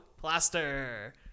plaster